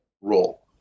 role